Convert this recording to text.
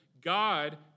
God